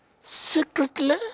secretly